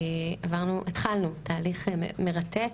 התחלנו תהליך מרתק,